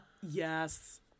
Yes